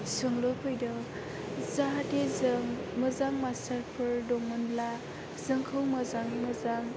सोंलु फैदों जाहाथे जों मोजां मास्टार फोर दंमोनब्ला जोंखौ मोजांयै मोजां